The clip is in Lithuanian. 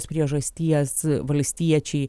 priežasties valstiečiai